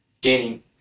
gaining